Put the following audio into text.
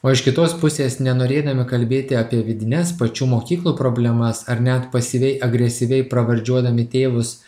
o iš kitos pusės nenorėdami kalbėti apie vidines pačių mokyklų problemas ar net pasyviai agresyviai pravardžiuodami tėvus